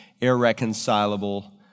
irreconcilable